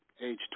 Age